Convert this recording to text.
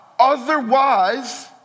Otherwise